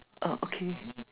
okay